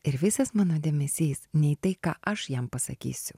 ir visas mano dėmesys ne į tai ką aš jam pasakysiu